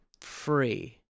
free